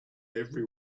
every